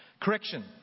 Correction